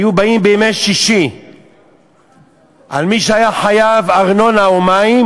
היו באים בימי שישי אל מי שהיה חייב ארנונה או מים,